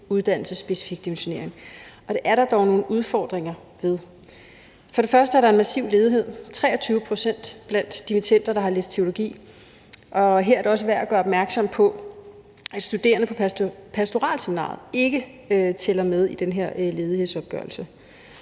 uddannelsesspecifik dimensionering. Og det er der dog nogle udfordringer ved. For det første er der en massiv ledighed – 23 pct. blandt dimittender, der har læst teologi. Her er det også værd at gøre opmærksom på, at studerende på pastoralseminariet ikke tæller med i den her ledighedsopgørelse.